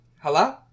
hello